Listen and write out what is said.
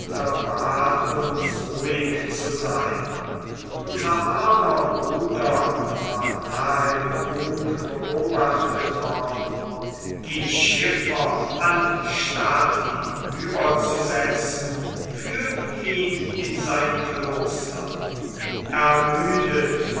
bat uns ruhig zu sein unser armer bruder war nahe genug beobachtet worden die schiffer anstatt ihn überzusetzen führten ihn in sein kloster ermüdet